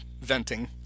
venting